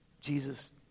Jesus